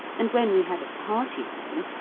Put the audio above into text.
and when we had a party on,